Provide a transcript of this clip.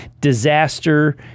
disaster